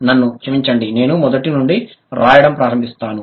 నన్ను క్షమించండి నేను మొదటి నుండి రాయడం ప్రారంభిస్తాను